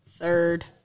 third